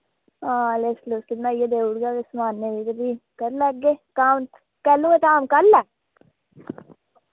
हां लिस्ट लुस्ट बनाइयै देऊड़गा ते समाने दी ते फ्ही कर लैगे काम कैलू ऐ धाम कल ऐ